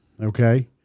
Okay